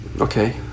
okay